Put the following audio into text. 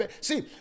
See